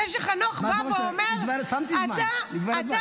זה שחנוך בא ואומר -- מה פחות, שמתי זמן.